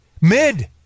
Mid